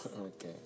Okay